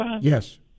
Yes